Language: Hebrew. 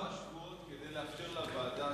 שלושה-ארבעה שבועות כדי לאפשר לוועדה